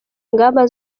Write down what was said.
ingamba